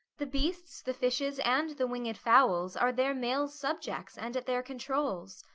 the beasts, the fishes, and the winged fowls, are their males' subjects, and at their controls.